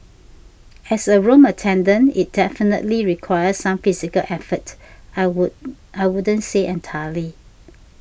as a room attendant it definitely requires some physical effort I would I wouldn't say entirely